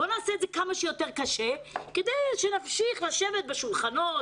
בוא נעשה את זה כמה שיותר קשה כדי שנמשיך לשבת בשולחנות